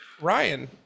Ryan